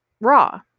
raw